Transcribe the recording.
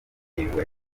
ingingo